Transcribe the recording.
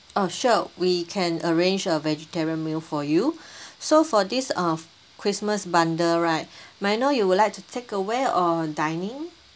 oh sure we can arrange a vegetarian meal for you so for this uh Christmas bundle right may I know you would like to take away or dining